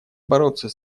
бороться